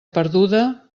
perduda